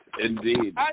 indeed